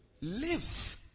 live